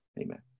amen